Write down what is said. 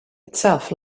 itself